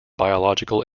biological